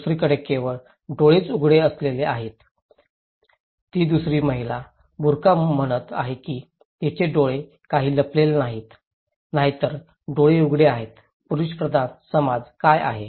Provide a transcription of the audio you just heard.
दुसरीकडे केवळ डोळेच उघडलेले आहेत ती दुसरी महिला बुरका म्हणत आहे की तिचे डोळे काही लपलेले नाहीत तर डोळे उघडे आहेत पुरुषप्रधान समाज काय आहे